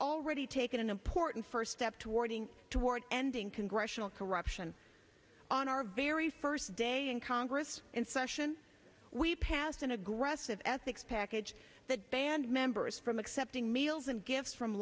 already taken an important first step toward being toward ending congressional corruption on our very first day in congress in session we passed an aggressive ethics package that band members from accepting meals and gifts from